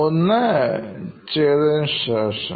ഒന്ന് ഒന്ന് ചെയ്തതിനുശേഷം